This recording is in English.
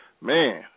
man